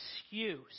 excuse